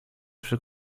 przy